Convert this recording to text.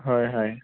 হয় হয়